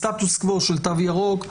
סטטוס קוו של תו ירוק,